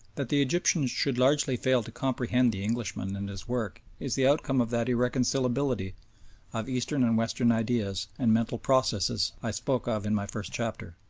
that the egyptian should largely fail to comprehend the englishman and his work is the outcome of that irreconcilability of eastern and western ideas and mental processes i spoke of in my first chapter.